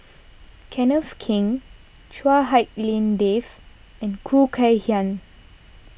Kenneth Keng Chua Hak Lien Dave and Khoo Kay Hian